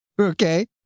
Okay